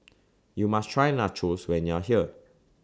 YOU must Try Nachos when YOU Are here